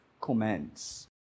commands